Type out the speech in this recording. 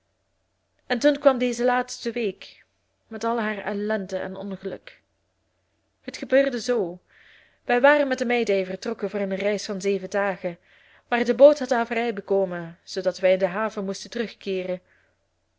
en toen kwam deze laatste week met al haar ellende en ongeluk het gebeurde zoo wij waren met de may day vertrokken voor een reis van zeven dagen maar de boot had averij bekomen zoodat wij in de haven moesten terugkeeren